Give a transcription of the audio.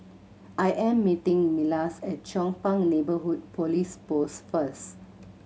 I am meeting Milas at Chong Pang Neighbourhood Police Post first